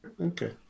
Okay